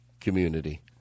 community